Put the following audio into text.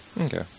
Okay